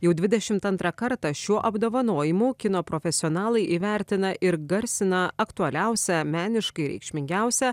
jau dvidešimt antrą kartą šiuo apdovanojimu kino profesionalai įvertina ir garsina aktualiausią meniškai reikšmingiausią